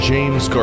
James